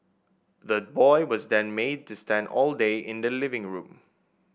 the boy was then made to stand all day in the living room